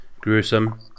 Gruesome